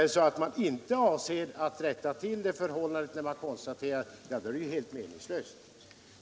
Men om man inte avser att rätta till ett missförhållande när man konstaterar det är det ju helt meningslöst.